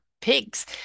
Pigs